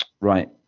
Right